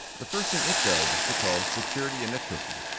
the first thing it does is to call security init cookie.